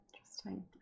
Interesting